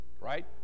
right